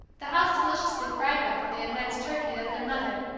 the house deliciously fragrant from the immense turkey that their mother,